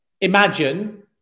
imagine